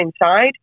inside